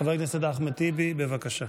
חבר הכנסת אחמד טיבי, בבקשה.